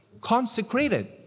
consecrated